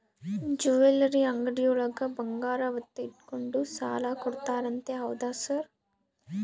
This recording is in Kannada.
ಜ್ಯುವೆಲರಿ ಅಂಗಡಿಯೊಳಗ ಬಂಗಾರ ಒತ್ತೆ ಇಟ್ಕೊಂಡು ಸಾಲ ಕೊಡ್ತಾರಂತೆ ಹೌದಾ ಸರ್?